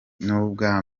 n’ubwa